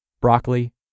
broccoli